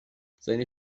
seine